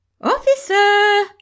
officer